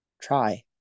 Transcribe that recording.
Try